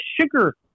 sugar